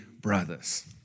brothers